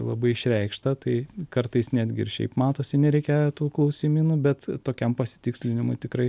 labai išreikšta tai kartais netgi ir šiaip matosi nereikia tų klausimynų bet tokiam pasitikslinimui tikrai